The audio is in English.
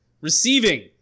receiving